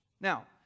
Now